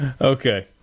Okay